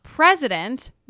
president